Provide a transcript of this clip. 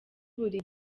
buri